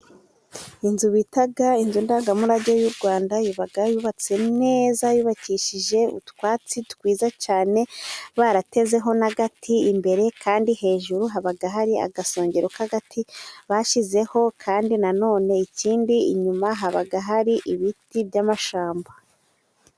Inzu bita inzu ndangamurage y'u Rwanda yababaga yubatse neza yubakishije utwatsi twiza cyane, baratezeho n'agati imbere, kandi hejuru habaga hari agasongero k'agati bashyizeho, kandi na none ikindi inyuma habaga hari ibiti by'amashamba.